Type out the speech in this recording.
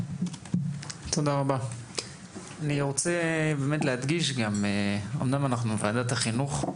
אני רוצה להדגיש, אמנם אנחנו ועדת החינוך,